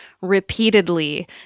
repeatedly